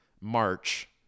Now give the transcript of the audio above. March